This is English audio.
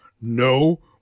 no